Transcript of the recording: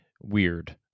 weird